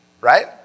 Right